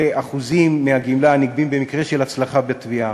לאחוזים מהגמלה הנגבים במקרה של הצלחה בתביעה.